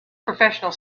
professional